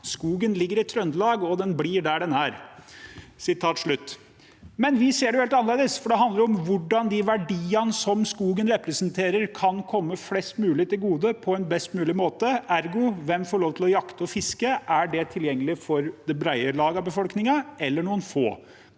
skogen ligger i Trøndelag, «den blir der den er». Vi ser det helt annerledes, for det handler om hvordan de verdiene som skogen representerer, kan komme flest mulig til gode på en best mulig måte. Hvem får lov til å jakte og fiske? Er det tilgjengelig for det brede lag av befolkningen, eller noen få?